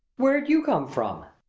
where'd you come from?